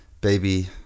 baby